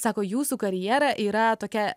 sako jūsų karjera yra tokia